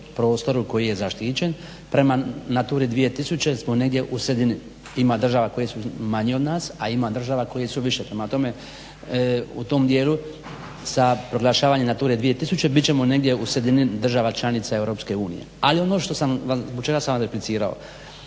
prostoru koji je zaštićen. Prema NATURI 2000 smo negdje u sredini. Ima država koje su manje od nas, a ima države koje su veće prema tome u tom dijelu sa proglašavanjem NATURE 2000 bit ćemo negdje u sredini država članica EU. Ali ono zbog čega sam vam replicirao,